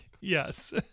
yes